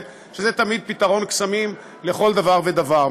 שזה תמיד פתרון קסמים לכל דבר ודבר.